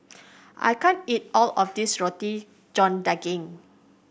I can't eat all of this Roti John Daging